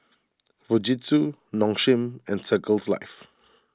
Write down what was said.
Fujitsu Nong Shim and Circles Life